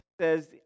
says